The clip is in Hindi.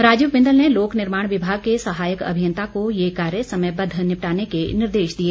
राजीव बिंदल ने लोक निर्माण विभाग के सहायक अभियंता को ये कार्य समयबद्व निपटाने के निर्देश दिए